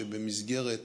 שבמסגרת